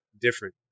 different